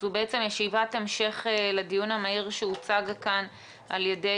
זו ישיבת המשך לדיון המהיר שהוצג כאן על ידי